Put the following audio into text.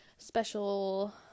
special